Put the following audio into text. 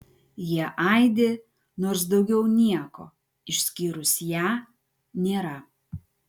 jie aidi nors daugiau nieko išskyrus ją nėra